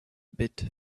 bit